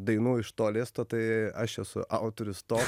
dainų iš to listo tai aš esu autorius to